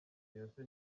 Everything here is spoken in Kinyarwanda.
beyonce